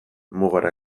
mugara